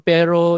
Pero